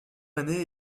année